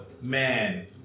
man